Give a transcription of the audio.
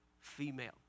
female